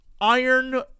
iron